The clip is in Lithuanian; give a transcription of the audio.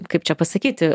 kaip čia pasakyti